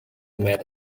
met